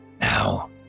Now